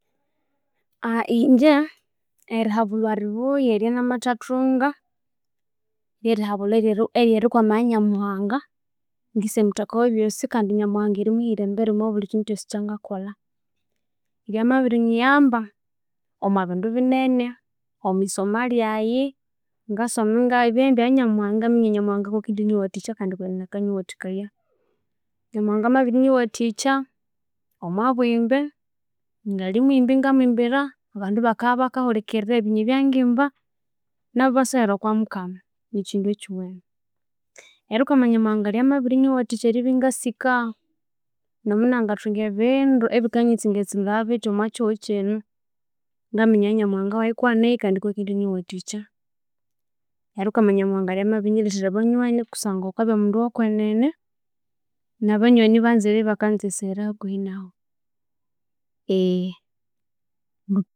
Ingye erihabulhwa ribuya eryanamathathunga ryerihabulhwa eryerikwama ya nyamuhanga ngise muthoka webyosi kandi nyamuhanga erimuhira embere omwa bulhikindu kyoosi ekyangakolha ryamabinyiyamba omwa bindu binene, omwisoma lhyaghe, ngasoma ingabibugha indi ya nyamuhanga ngoko ingaminya indi nyamuhanga ngoki akanyiwathikaya, kandi kwenene akanyiwathikaya nyamuhanga amabirinyiwathikya omwa bwimbe ngalhi mwimbi ngamwimbira abandu bakabyabakahulhikirira ebinywe ebyangimba nabu ebiseghera okwa mukama nikindu ekiwene. Erikwama nyamuhanga lhyamabinyiwathikya eribya iningasika nomunangathunga ebindu ebikanyitsingatsingaya ya nyamuhanga waghe kwa aneyo kandi kwakindiniwathikya erikwama nyamuhanga ryamabinyilhethera abanywani kusangwa ghukabya mundu owo kwenene, na banywani ibanza eribya bakaseghera hakuhi naghu.